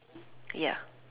ya